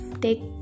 take